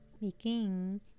Begin